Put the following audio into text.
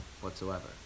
whatsoever